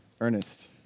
Ernest